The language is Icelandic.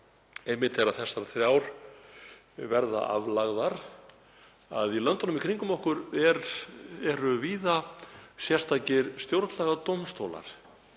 einmitt þegar þessar þrjár nefndir verða hér aflagðar, að í löndunum í kringum okkur eru víða sérstakir stjórnlagadómstólar.